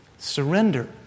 Surrender